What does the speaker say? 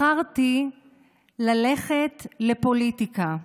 בחרתי ללכת לפוליטיקה.